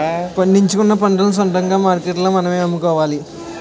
పండించుకున్న పంటలను సొంతంగా మార్కెట్లో మనమే అమ్ముకోవాలి